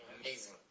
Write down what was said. Amazing